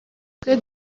twe